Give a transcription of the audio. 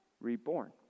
reborn